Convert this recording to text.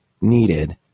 needed